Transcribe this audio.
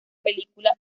película